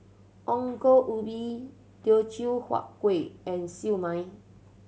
Ongol Ubi Teochew Huat Kuih and Siew Mai